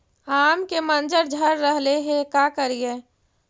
आम के मंजर झड़ रहले हे का करियै?